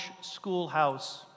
schoolhouse